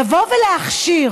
לבוא ולהכשיר